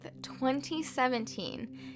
2017